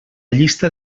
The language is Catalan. llista